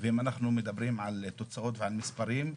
אם אנחנו מדברים על תוצאות ועל מספרים,